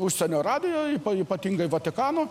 užsienio radijo į ypatingai vatikano